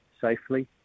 safely